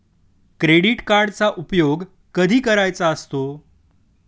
Credit कार्डचा उपयोग कधी करायचा असतो?